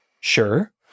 Sure